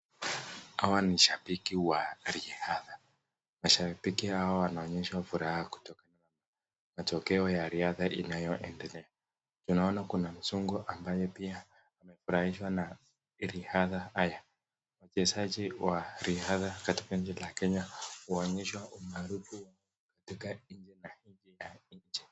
Hawa ni washabiki wa raidha, mashabiki hawa wanaonyesha furaha kutokana na matokeo ya riadha inayoendelea, tunaona kuna mzungu ambaye pia amefurahishwa na riadha haya, wachezaji wa riadha katika nchi la Kenya huonyesha umaarufu wao katika nchi na nje ya nchi.